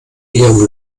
ihrem